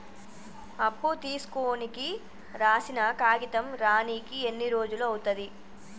అప్పు తీసుకోనికి రాసిన కాగితం రానీకి ఎన్ని రోజులు అవుతది?